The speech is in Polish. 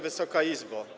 Wysoka Izbo!